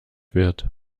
wird